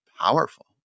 powerful